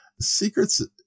Secrets